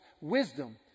wisdom